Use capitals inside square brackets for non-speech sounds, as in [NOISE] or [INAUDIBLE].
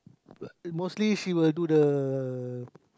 [NOISE] mostly she will do the